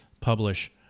publish